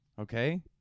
Okay